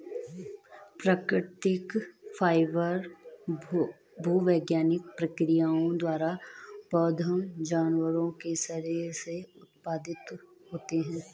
प्राकृतिक फाइबर भूवैज्ञानिक प्रक्रियाओं द्वारा पौधों जानवरों के शरीर से उत्पादित होते हैं